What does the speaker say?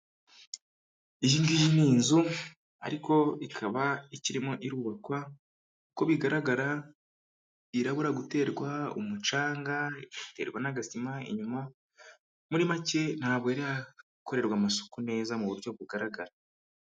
Iyi giyi ni nzu ariko ikaba ikirimo irubakwa, uko bigaragara irabura guterwa umucanga, igaterwa n'agasima inyuma muri make ntabwo irakorerwa amasuku neza mu buryo bugaragara.